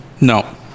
No